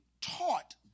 taught